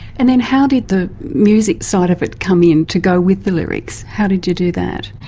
and then how did the music side of it come in to go with the lyrics, how did you do that?